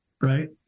right